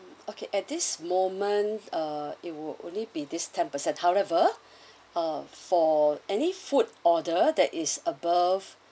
okay at this moment uh it will only be this ten percent however uh for any food order that is above